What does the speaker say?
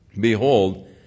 behold